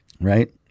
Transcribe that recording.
Right